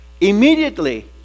Immediately